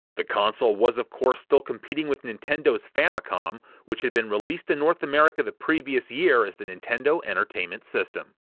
the console was of course still competing with nintendo's famicom, which had been released in north america the previous year as the nintendo entertainment system.